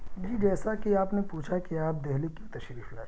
جی جیسا کہ آپ نے پوچھا کے آپ دہلی کیوں تشریف لائے